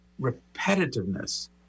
repetitiveness